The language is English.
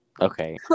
Okay